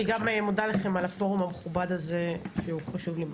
אני כמובן מודה לכם על הפורום המכובד הזה שהוא חשוב לי מאוד.